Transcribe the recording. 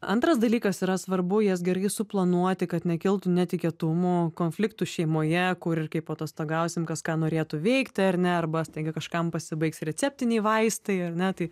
antras dalykas yra svarbu jas gerai suplanuoti kad nekiltų netikėtumų konfliktų šeimoje kur ir kaip atostogausim kas ką norėtų veikti ar ne arba staiga kažkam pasibaigs receptiniai vaistai ar ne tai